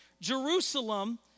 Jerusalem